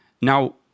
Now